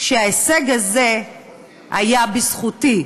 שההישג הזה היה בזכותי.